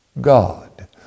God